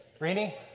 Rini